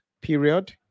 period